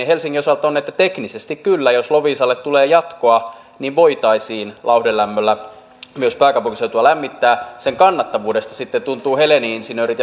helsingin osalta on että teknisesti kyllä jos loviisalle tulee jatkoa voitaisiin lauhdelämmöllä myös pääkaupunkiseutua lämmittää sen kannattavuudesta tuntuvat sitten helenin insinöörit